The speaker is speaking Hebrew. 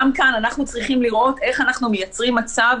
גם כאן אנחנו צריכים לראות איך אנחנו מייצרים מצב